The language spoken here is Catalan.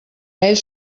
ells